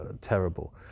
terrible